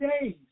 days